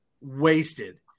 wasted